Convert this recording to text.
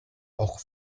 auch